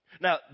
Now